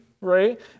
Right